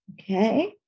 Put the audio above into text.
Okay